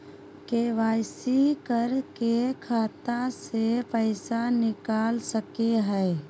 KYC करा के खाता से पैसा निकल सके हय?